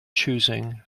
choosing